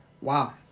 Wow